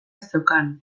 zeukan